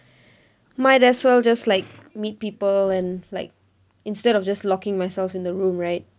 might as well just like meet people and like instead of just locking myself in the room right